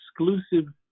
exclusive